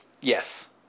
yes